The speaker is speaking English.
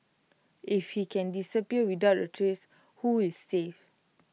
if he can disappear without A trace who is safe